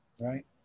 Right